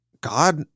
God